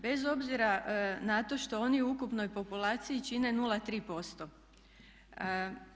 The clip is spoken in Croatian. Bez obzira na to što oni u ukupnoj populaciji čine 0,3%